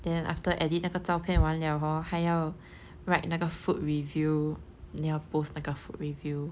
then after edit 那个照片完 liao hor 还要 write 那个 food review 你要 post 那个 food review